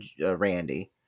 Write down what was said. Randy